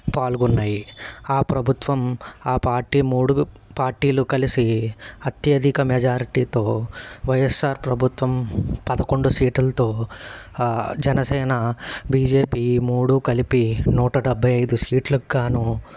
పాల్గొన్నాయి ఆ ప్రభుత్వం ఆ పార్టీ మూడు పార్టీలు కలిసి అత్యధిక మెజారిటీతో వైఎస్ఆర్ ప్రభుత్వం పదకొండు సీటుట్తో జనసేన బీజేపీ మూడు కలిపి నూట డెబ్భై ఐదు సీట్లగ్గానూ